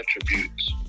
attributes